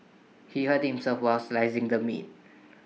he hurt himself while slicing the meat